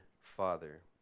father